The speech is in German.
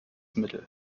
mittel